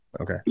Okay